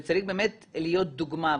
וזה צריך באמת להיות דוגמה.